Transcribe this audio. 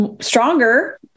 stronger